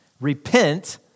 Repent